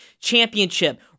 championship